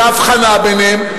בהבחנה מהם.